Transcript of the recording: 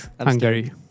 Hungary